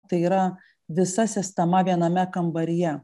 tai yra visa sistema viename kambaryje